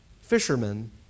fishermen